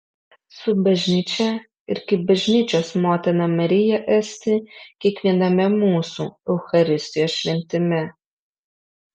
su bažnyčia ir kaip bažnyčios motina marija esti kiekviename mūsų eucharistijos šventime